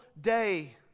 day